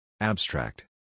Abstract